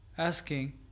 asking